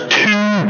two